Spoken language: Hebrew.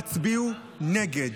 תצביעו נגד.